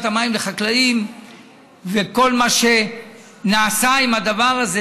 המים לחקלאים וכל מה שנעשה עם הדבר הזה.